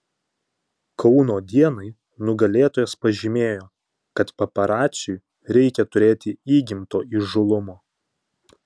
kauno dienai nugalėtojas pažymėjo kad paparaciui reikia turėti įgimto įžūlumo